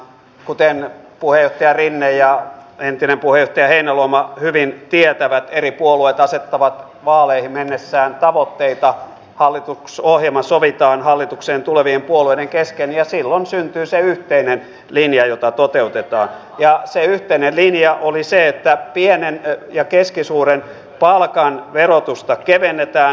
kuten puheenjohtaja rinne ja entinen puheenjohtaja heinäluoma hyvin tietävät eri puolueet asettavat vaaleihin mennessään tavoitteita hallitusohjelma sovitaan hallitukseen tulevien puolueiden kesken ja silloin syntyy se yhteinen linja jota toteutetaan ja se yhteinen linja oli se että pienen ja keskisuuren palkan verotusta kevennetään